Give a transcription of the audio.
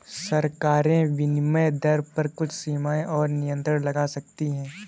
सरकारें विनिमय दर पर कुछ सीमाएँ और नियंत्रण लगा सकती हैं